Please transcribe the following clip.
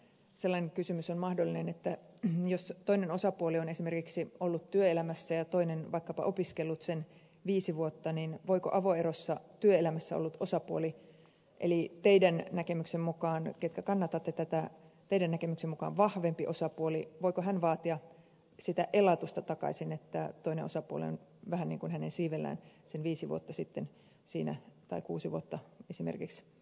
sellainenkin kysymys on mahdollinen velkaantumista ja hyvitystä koskien että jos toinen osapuoli on esimerkiksi ollut työelämässä ja toinen vaikkapa opiskellut sen viisi vuotta niin voiko avoerossa työelämässä ollut osapuoli eli teidän jotka kannatatte tätä näkemyksen mukaan vahvempi osapuoli vaatia sitä elatusta takaisin että toinen osapuoli on vähän niin kuin hänen siivellään esimerkiksi sen viisi tai kuusi vuotta elänyt